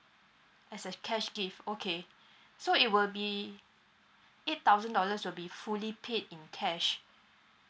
as a cash gift okay so it will be eight thousand dollars will be fully paid in cash